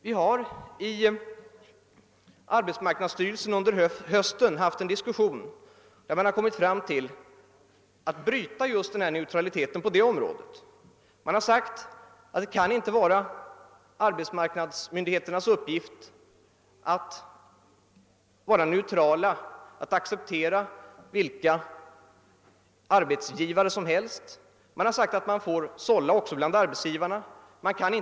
Vi har i arbetsmarknadsstyrelsen under hösten haft en diskussion, varvid man kommit till den uppfattningen att man bör bryta neutraliteten på det området. Man har sagt att det inte kan vara arbetsmarknadsmyndigheternas uppgift att vara neutrala, att acceptera vilka arbetsgivare som helst. Myndigheterna bör sålla även bland arbetsgivarna.